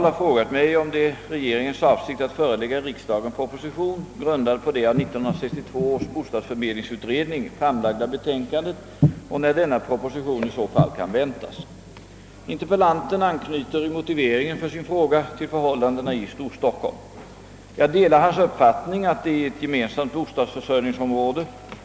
Herr talman! Frågan om en gemensam bostadsförmedling i Storstockholm har länge diskuterats. Kommunerna i Storstockholm utgör ett gemensamt bostadsförsörjningsområde.